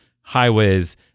highways